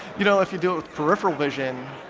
you know if you do it with peripheral vision